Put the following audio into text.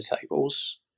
tables